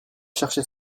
chercher